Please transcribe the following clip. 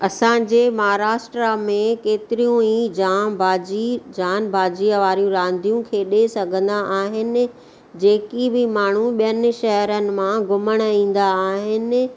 असांजे महाराष्ट्र में केतिरियूं ई जाम बाजी जानबाजी वारियूं रांदियूं खेॾे सघंदा आहिनि जेकी बि माण्हू ॿियनि शहरनि मां घुमणु ईंदा आहिनि